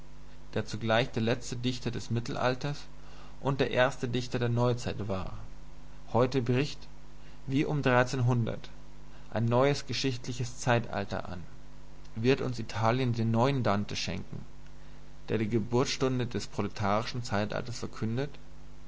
der zugleich der letzte dichter des mittelalters und der erste dichter der neuzeit war heute bricht wie um ein neues geschichtliches zeitalter an wird uns italien den neuen dante schenken der die geburtsstunde des proletarischen zeitalters verkündet